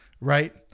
Right